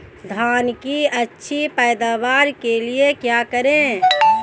धान की अच्छी पैदावार के लिए क्या करें?